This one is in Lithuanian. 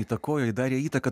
įtakojo darė įtaką